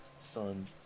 son